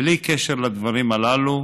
בלי קשר לדברים הללו,